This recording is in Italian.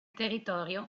territorio